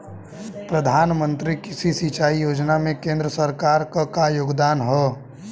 प्रधानमंत्री कृषि सिंचाई योजना में केंद्र सरकार क का योगदान ह?